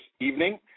evening